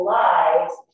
lives